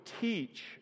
teach